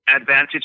advantage